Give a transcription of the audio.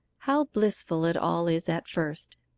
how blissful it all is at first.